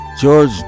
George